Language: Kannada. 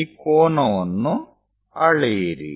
ಈ ಕೋನವನ್ನು ಅಳೆಯಿರಿ